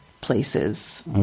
places